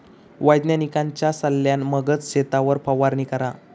वैज्ञानिकांच्या सल्ल्यान मगच शेतावर फवारणी करा